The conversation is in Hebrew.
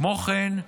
כמו כן,